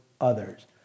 others